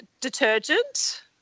detergent